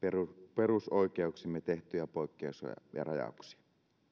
perusoikeuksiimme tehtyjä poikkeuksia ja rajauksia